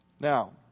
Now